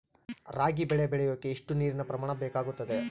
ರಾಗಿ ಬೆಳೆ ಬೆಳೆಯೋಕೆ ಎಷ್ಟು ನೇರಿನ ಪ್ರಮಾಣ ಬೇಕಾಗುತ್ತದೆ?